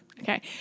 Okay